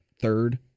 third